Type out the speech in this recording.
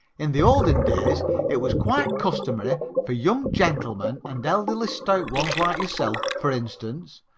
in the olden days it was quite customary for young gentlemen and elderly stout ones like yourself, for instance,